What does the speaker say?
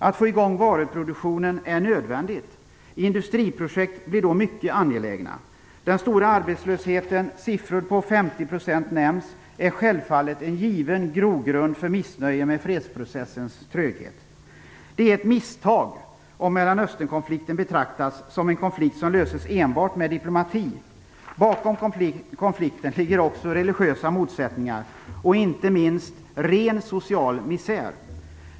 Att få i gång varuproduktionen är nödvändigt. Industriprojekt blir då mycket angelägna. Den stora arbetslösheten, siffror på 50 % nämns, är självfallet en given grogrund för missnöje med fredsprocessens tröghet. Det är ett misstag om Mellanösternkonflikten betraktas som en konflikt som löses enbart med diplomati. Bakom konflikten ligger också religiösa motsättningar och inte minst ren social misär.